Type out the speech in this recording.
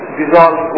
dissolve